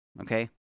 okay